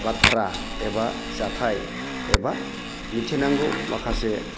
बाथ्रा एबा जाथाय एबा मिथिनांगौ माखासे